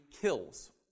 kills